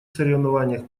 соревнованиях